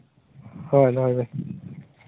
ᱦᱳᱭ ᱦᱳᱭ